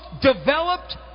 developed